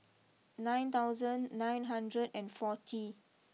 nine thousand nine hundred and forty